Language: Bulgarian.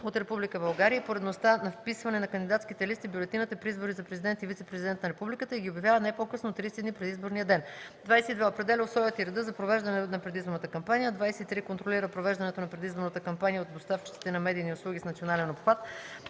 от Република България и поредността на вписване на кандидатските листи в бюлетината при избори за президент и вицепрезидент на републиката и ги обявява не по-късно от 31 дни преди изборния ден; 22. определя условията и реда за провеждане на предизборната кампания; 23. контролира провеждането на предизборната кампания от доставчиците на медийни услуги с национален обхват;